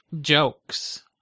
Jokes